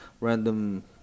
random